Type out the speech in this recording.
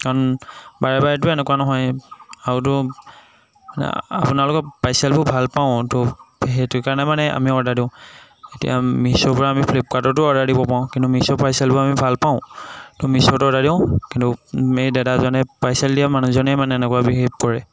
কাৰণ বাৰে বাৰেতো এনেকুৱা নহয় আৰুতো মানে আপোনালোকৰ পাৰ্চেলবোৰ ভাল পাওঁ তো সেইটো কাৰণে আমি অৰ্ডাৰ দিওঁ এতিয়া মিশ্ব'ৰপৰা আমি ফ্লিপকাতৰ্টো অৰ্ডাৰ দিব পাৰোঁ কিন্তু মিশ্ব'ৰ পাৰ্চেলবোৰ আমি ভাল পাওঁ তো মিশ্ব'ত অৰ্ডাৰ দিওঁ কিন্তু এই দাদাজনে পাৰ্চেল দিয়া মানুহজনেই মানে এনেকুৱা বিহেব কৰে